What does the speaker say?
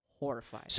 Horrified